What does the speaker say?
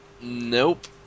Nope